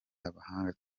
abahanga